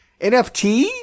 NFT